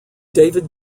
david